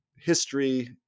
history